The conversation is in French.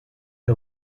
est